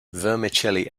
vermicelli